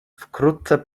wkrótce